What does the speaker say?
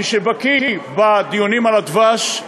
מי שבקי בדיונים על הדבש,